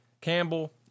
Campbell